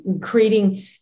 creating